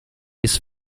his